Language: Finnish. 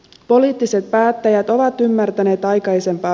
poliittiset päättäjät ovat ymmärtäneet aikaisempaa